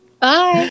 Bye